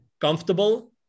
comfortable